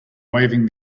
waving